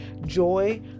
joy